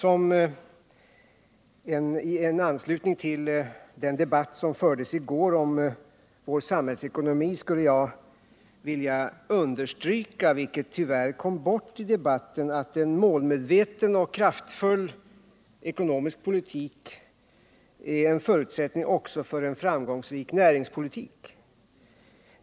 Herr talman! I anslutning till den debatt som fördes i går om vår samhällsekonomi skulle jag vilja understryka att en målmedveten och kraftfull ekonomisk politik — det kom tyvärr bort i debatten i går — är en förutsättning också för en framgångsrik näringspolitik.